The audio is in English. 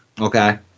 Okay